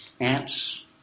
ants